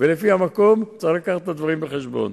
ולשים את הכסף במקום שצריך לטובת כל האוכלוסייה.